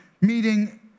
meeting